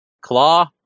Claw